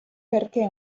perché